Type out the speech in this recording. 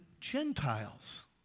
Gentiles